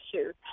issues